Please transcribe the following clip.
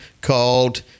called